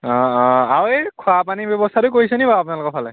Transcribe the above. অঁ অঁ আৰু এই খোৱা পানী ব্যৱস্থাটো কৰিছে নি বাৰু আপোনালোকৰফালে